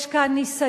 יש כאן ניסיון